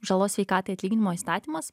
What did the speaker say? žalos sveikatai atlyginimo įstatymas